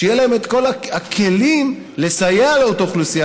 שיהיו להם כל הכלים לסייע לאותה אוכלוסייה